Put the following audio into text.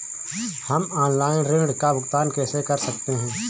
हम ऑनलाइन ऋण का भुगतान कैसे कर सकते हैं?